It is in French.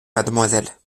mademoiselle